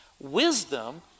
wisdom